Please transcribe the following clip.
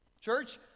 Church